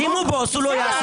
סוף פסוק.